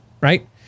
right